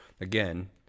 again